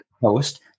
post